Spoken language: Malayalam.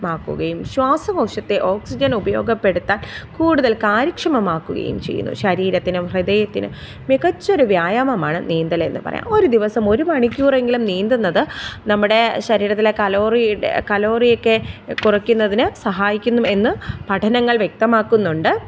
മാക്കുകയും ശ്വാസകോശത്തെ ഓക്സിജൻ ഉപയോഗപ്പെടുത്താൻ കൂടുതൽ കാര്യക്ഷമമാക്കുകയും ചെയ്യുന്നു ശരീരത്തിനും ഹൃദയത്തിനും മികച്ചൊരു വ്യായാമമാണ് നീന്തലെന്ന് പറയാം ഒരു ദിവസം ഒരു മണിക്കൂറെങ്കിലും നീന്തുന്നത് നമ്മുടെ ശരീരത്തിലെ കലോറിയുടെ കലോറിയൊക്കെ കുറയ്ക്കുന്നതിന് സഹായിക്കും എന്ന് പഠനങ്ങൾ വ്യക്തമാക്കുന്നുണ്ട്